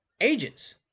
agents